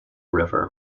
river